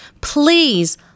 please